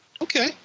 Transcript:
Okay